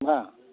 मा